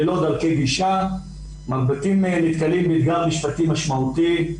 ללא דרכי גישה, נתקלים בהליכים משפטיים משמעותיים.